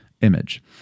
image